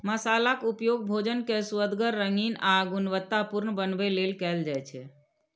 मसालाक उपयोग भोजन कें सुअदगर, रंगीन आ गुणवतत्तापूर्ण बनबै लेल कैल जाइ छै